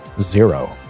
zero